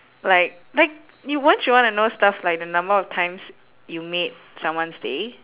like like you won't you want to know stuff like the number of times you made someone's day